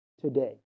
today